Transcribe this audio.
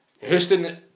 Houston